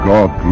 God